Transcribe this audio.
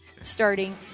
starting